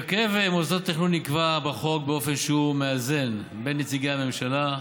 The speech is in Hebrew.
הרכב מוסדות התכנון נקבע בחוק באופן שהוא מאזן בין נציגי הממשלה,